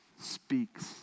speaks